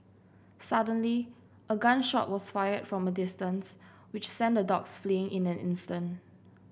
suddenly a gun shot was fired from a distance which sent the dogs fleeing in an instant